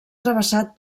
travessat